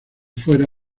fuera